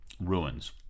ruins